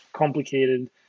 complicated